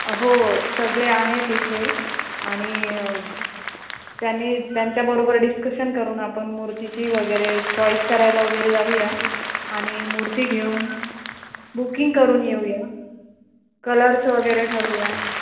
हो सगळे आहेत इथे आणि त्यांनी त्यांच्याबरोबर डिस्कशन करून आपण मूर्तीची वगैरे चॉईस करायला वगैरे जाऊ या आणि मूर्ती घेऊन बुकिंग करून येऊया कलर्स वगैरे ठरवू या